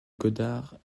godard